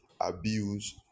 abuse